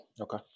Okay